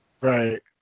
Right